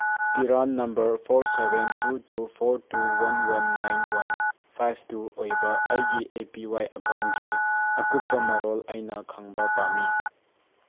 PRAN number four seven two two four two one one nine one five two ꯑꯣꯏꯕ ꯑꯩꯒꯤ A P Y ꯑꯀꯥꯎꯟꯀꯤ ꯑꯀꯨꯞꯄ ꯃꯔꯣꯜ ꯑꯩꯅ ꯈꯪꯕ ꯄꯥꯝꯃꯤ